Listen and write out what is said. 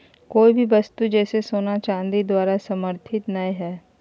कोय भी वस्तु जैसे सोना चांदी द्वारा समर्थित नय हइ